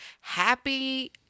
happy